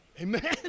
Amen